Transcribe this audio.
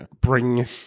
bring –